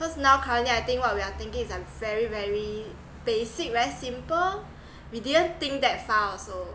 cause now currently I think what we're thinking is like very very basic very simple we didn't think that far also